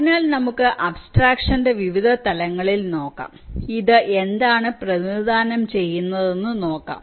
അതിനാൽ നമുക്ക് അബ്സ്ട്രക്ഷന്റെ വിവിധ തലങ്ങളിൽ നോക്കാം ഇത് എന്താണ് പ്രതിനിധാനം ചെയ്യുന്നതെന്ന് നോക്കാം